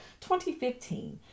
2015